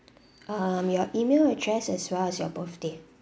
um your email address as well as your birthday